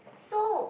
so